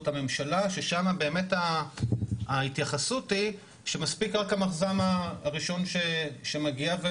הממשלה ששם באמת ההתייחסות היא שמספיק רק המחז"מ הראשון שמגיע.